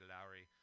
Lowry